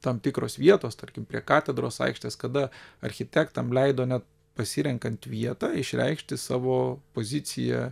tam tikros vietos tarkim prie katedros aikštės kada architektam leido net pasirenkant vietą išreikšti savo poziciją